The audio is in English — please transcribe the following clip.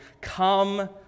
come